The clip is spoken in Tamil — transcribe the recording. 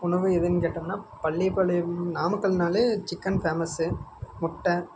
உணவு எதுன்னு கேட்டோம்னா பள்ளிய பாளையம் நாமக்கல்னால் சிக்கென் ஃபேமஸ்ஸு முட்டை